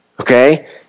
okay